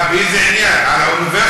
מה, באיזה עניין, על האוניברסיטה?